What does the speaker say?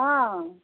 हँ